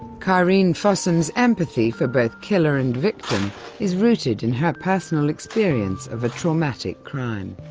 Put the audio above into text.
karin fossum's empathy for both killer and victim is rooted in her personal experience of a traumatic crime.